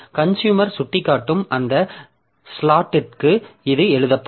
consumer சுட்டிக்காட்டும் அந்த ஸ்லாட்டுக்கு இது எழுதப்படும்